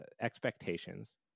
expectations